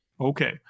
Okay